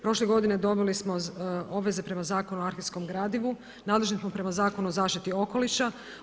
Prošle godine dobili smo obveze prema Zakonu o arhivskom gradivu, nadležni prema Zakonu o zaštiti okoliša.